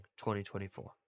2024